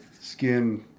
skin